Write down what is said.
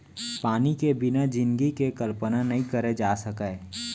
पानी के बिना जिनगी के कल्पना नइ करे जा सकय